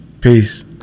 Peace